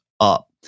up